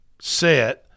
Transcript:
set